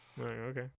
Okay